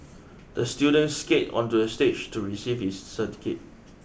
the student skated onto the stage to receive his certificate